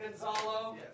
Gonzalo